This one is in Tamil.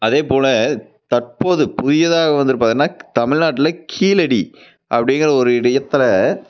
அதே போல் தற்போது புதியதாக வந்துவிட்டு பாத்திங்கனா தமிழ்நாட்டில் கீழடி அப்படிங்குற ஒரு இடையத்தில்